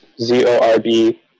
Z-O-R-B